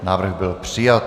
Návrh byl přijat.